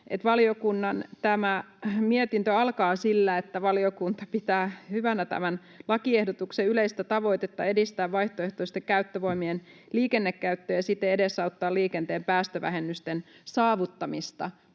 valiokunnan mietintö alkaa sillä, että valiokunta pitää hyvänä tämän lakiehdotuksen yleistä tavoitetta edistää vaihtoehtoisten käyttövoimien liikennekäyttöä ja siten edesauttaa liikenteen päästövähennysten saavuttamista,